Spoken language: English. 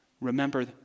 Remember